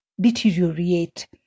deteriorate